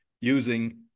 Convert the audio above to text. using